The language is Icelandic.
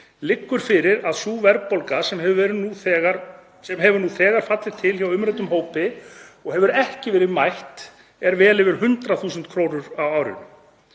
liggur fyrir að sú verðbólga sem hefur nú þegar fallið til hjá umræddum hópi og hefur ekki verið mætt er vel yfir 100.000 kr. á árinu.